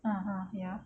(uh huh) ya